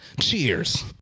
Cheers